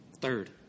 Third